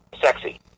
sexy